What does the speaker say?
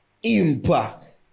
Impact